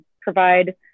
provide